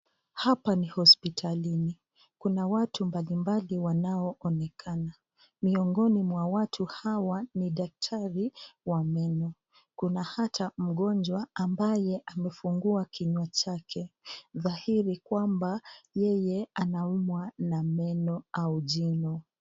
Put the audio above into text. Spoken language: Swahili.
Hapa ni hospitalini, kuna watu mbalimbali wanao onekana . Miongoni mwa watu hawa ni daktari wa meno, kuna hata mgonjwa ambaye amefungua kinywa chake dhahiri kwamba yeye anaumwa na meno au jino.